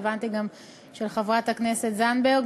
והבנתי שגם של חברת הכנסת זנדברג,